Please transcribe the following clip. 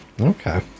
Okay